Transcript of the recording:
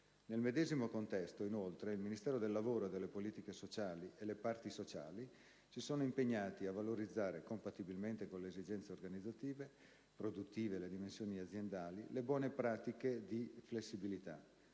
Nel medesimo contesto, inoltre, il Ministro del lavoro e delle politiche sociali e le parti sociali si sono impegnati a valorizzare - compatibilmente con le esigenze organizzative, produttive e le dimensioni aziendali - le buone pratiche di flessibilità